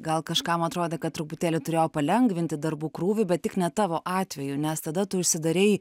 gal kažkam atrodė kad truputėlį turėjo palengvinti darbų krūvį bet tik ne tavo atveju nes tada tu užsidarei